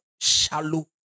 shallow